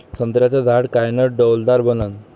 संत्र्याचं झाड कायनं डौलदार बनन?